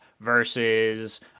versus